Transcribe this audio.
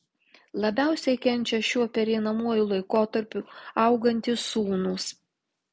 labiausiai kenčia šiuo pereinamuoju laikotarpiu augantys sūnūs